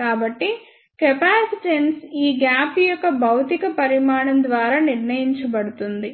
కాబట్టి కెపాసిటెన్స్ ఈ గ్యాప్ యొక్క భౌతిక పరిమాణం ద్వారా నిర్ణయించబడుతుంది